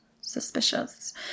suspicious